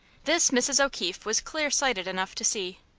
this mrs. o'keefe was clear-sighted enough to see.